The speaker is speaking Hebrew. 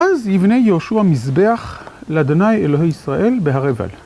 אז יבנה יהושע מזבח לאדוני אלוהי ישראל בהר עיבל.